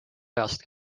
ajast